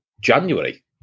January